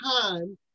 time